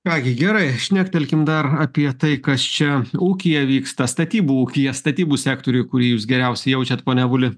ką gi gerai šnektelkim dar apie tai kas čia ūkyje vyksta statybų ūkyje statybų sektoriuj kurį jūs geriausiai jaučiat pone avuli